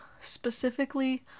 specifically